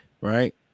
right